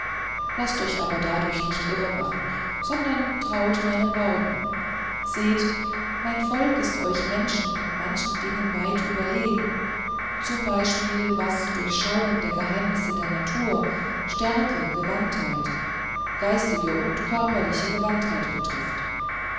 laßt euch aber dadurch nicht irremachen sondern traut meinen worten seht mein volk ist euch menschen in manchen dingen weit überlegen z b was durchschauen der geheimnisse der natur stärke gewandtheit geistige und körperliche gewandtheit betrifft